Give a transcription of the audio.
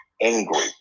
angry